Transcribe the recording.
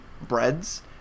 breads